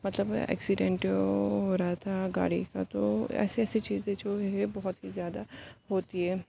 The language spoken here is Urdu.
مطلب ایکسیڈنٹ ہوا رہتا ہے گاڑی کا تو ایسی ایسی چیزیں جو ہے بہت ہی زیادہ ہوتی ہے